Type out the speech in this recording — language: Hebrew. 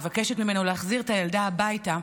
מבקשת ממנו להחזיר את הילדה הביתה.